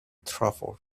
trafford